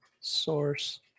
source